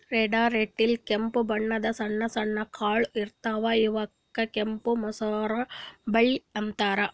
red lentils ಕೆಂಪ್ ಬಣ್ಣದ್ ಸಣ್ಣ ಸಣ್ಣು ಕಾಳ್ ಇರ್ತವ್ ಇವಕ್ಕ್ ಕೆಂಪ್ ಮಸೂರ್ ಬ್ಯಾಳಿ ಅಂತಾರ್